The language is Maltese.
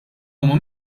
huma